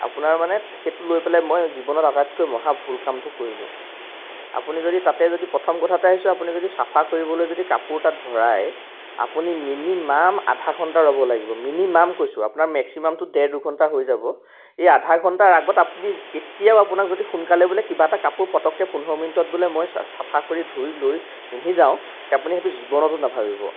আপোনাৰ মানে সেইটো লৈ পেলাই মই জীৱনত আটাইতকৈ মহা ভুল কামটো কৰিলোঁ আপুনি যদি তাতে যদি প্ৰথম কথাতে হৈছে আপুনি যদি চাফা কৰিবলৈ যদি কাপোৰ তাত ভৰাই আপুনি মিনিমাম আধা ঘণ্টা ৰ'ব লাগিব মিনিমাম কৈছোঁ আপোনাৰ মেক্সিমামটো ডেৰ দুঘণ্টা হৈ যাব এই আধা ঘণ্টাৰ আগত আপুনি কেতিয়াও আপোনাক যদি সোনকালে বোলে কিবা এটা কাপোৰ পটককৈ পোন্ধৰ মিনিটত বোলে মই চ চাফা কৰি ধুই লৈ পিন্ধি যাওঁ সেই আপুনি সেইটো জীৱনতো নাভাবিব